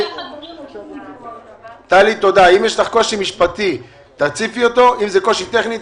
אם זה קושי טכני,